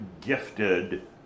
gifted